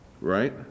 right